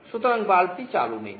সুতরাং বাল্বটি চালু নেই